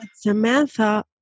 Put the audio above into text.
Samantha